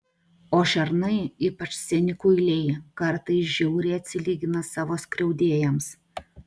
o šernai ypač seni kuiliai kartais žiauriai atsilygina savo skriaudėjams